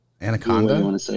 Anaconda